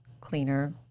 cleaner